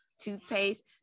Toothpaste